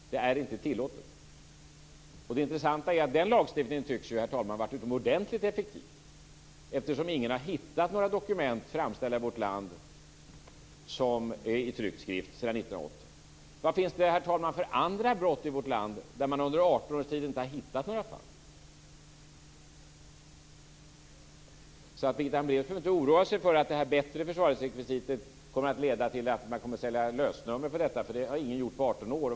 Det är alltså inte tillåtet. Det intressanta är att den lagstiftningen, herr talman, tycks ha varit utomordentligt effektiv. Ingen har ju hittat några dokument framställda i vårt land i tryckt skrift sedan 1980. Vilka andra brott finns det i vårt land? Under 18 års tid har man ju inte hittat några fall. Birgitta Hambraeus behöver alltså inte oroa sig för att det här bättre försvarlighetsrekvisitetet leder till att man kommer att sälja lösnummer. Det har, som sagt, ingen gjort på 18 år.